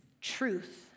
truth